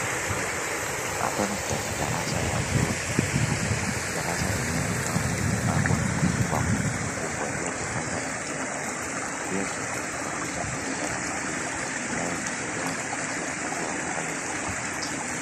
Hapa ni kwenye darasa ya chuo kikuu. Darasa yenyewe ninaona limepangwa kwa kungojea kufanya mtihani. Pia tuko na kompyuta kwenye darasa hili, inayosaidia wanafunzi wakati wa kufanya utafiti.